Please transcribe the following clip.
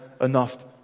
enough